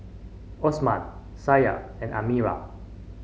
Osman Syah and Amirah